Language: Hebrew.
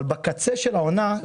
אבל בקצה של העונה,